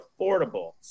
affordable